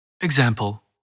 Example